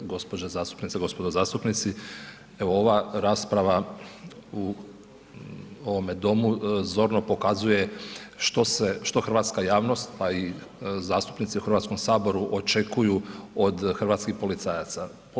Gospođe zastupnice, gospodo zastupnici, evo ova rasprava u ovome domu zorno pokazuje što hrvatska javnost, pa i zastupnici u HS očekuju od hrvatskih policajaca.